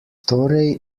torej